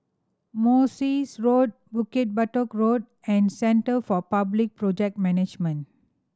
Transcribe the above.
Morse Road Bukit Batok Road and Centre for Public Project Management